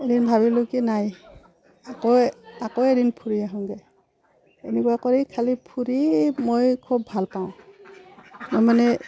এদিন ভাবিলোঁ কি নাই আকৌ আকৌ এদিন ফুৰি আহোঁগৈ এনেকুৱা কৰি খালী ফুৰি মই খুব ভালপাওঁ মই মানে